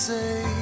say